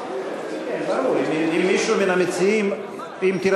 ולא קיבלנו תשובה